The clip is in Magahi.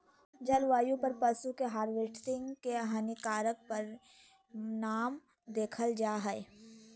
जलवायु पर पशु के हार्वेस्टिंग के हानिकारक परिणाम देखल जा हइ